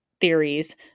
theories